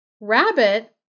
Rabbit